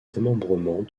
démembrement